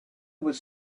was